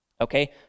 okay